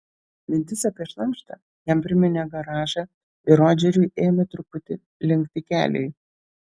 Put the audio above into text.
mintis apie šlamštą jam priminė garažą ir rodžeriui ėmė truputį linkti keliai